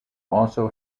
also